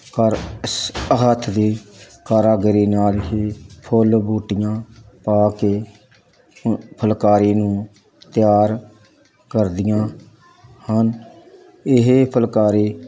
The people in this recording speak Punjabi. ਕਰ ਇਸ ਆ ਹੱਥ ਦੀ ਕਾਰੀਗਰੀ ਨਾਲ ਹੀ ਫੁੱਲ ਬੂਟੀਆਂ ਪਾ ਕੇ ਫੁਲਕਾਰੀ ਨੂੰ ਤਿਆਰ ਕਰਦੀਆਂ ਹਨ ਇਹ ਫੁਲਕਾਰੀ